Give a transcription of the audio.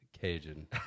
Cajun